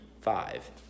five